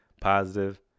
positive